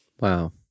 Wow